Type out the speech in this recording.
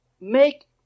make